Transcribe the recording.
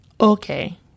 Okay